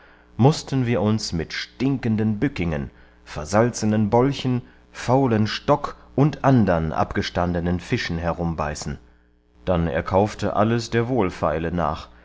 mußten wir uns mit stinkenden bückingen versalzenen bolchen faulen stock und andern abgestandenen fischen herumbeißen dann er kaufte alles der wohlfeile nach